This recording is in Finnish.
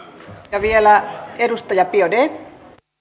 ja vielä edustaja biaudet